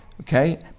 okay